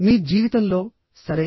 మీ జీవితంలో సరే